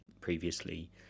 previously